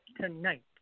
tonight